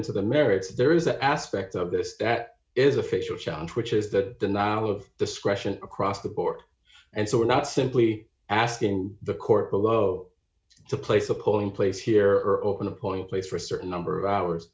into the merits there is an aspect of this that is official challenge which is that the now of discretion across the board and so we're not simply asking the court below to place a polling place here are over the point place for a certain number of hours